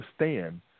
understand